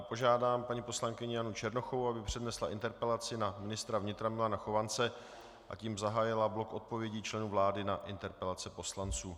Požádám paní poslankyni Janu Černochovou, aby přednesla interpelaci na ministra vnitra Milana Chovance, a tím zahájila blok odpovědí členů vlády na interpelace poslanců.